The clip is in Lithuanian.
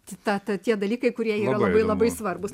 citata tie dalykai kurie yra labai labai svarbūs